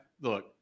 look